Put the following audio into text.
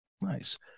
Nice